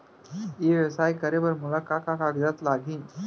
ई व्यवसाय करे बर मोला का का कागजात लागही?